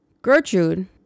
Gertrude